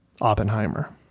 Oppenheimer